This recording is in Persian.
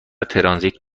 ترانزیت